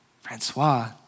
Francois